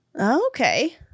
Okay